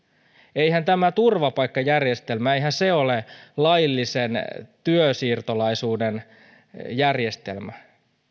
eihän tämä turvapaikkajärjestelmä ole laillisen työsiirtolaisuuden järjestelmä